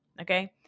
okay